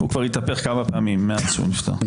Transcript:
הוא כבר התהפך כמה פעמים מאז שהוא נפטר.